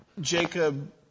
Jacob